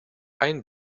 ein